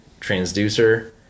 transducer